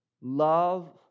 love